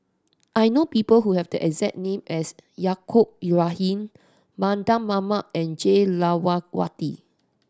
I know people who have the exact name as Yaacob Ibrahim Mardan Mamat and Jah Lelawati